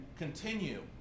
Continue